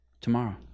Tomorrow